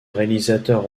réalisateur